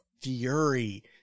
fury